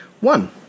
one